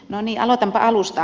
arvoisa puhemies